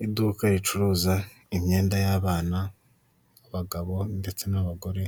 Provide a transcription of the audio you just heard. Uyu nguyu ni umunara udufasha mu bintu bijyanye n'itumanaho, mu gihe abantu baba bashobora kuvugana umwe ari